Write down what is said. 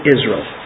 Israel